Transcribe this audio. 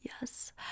yes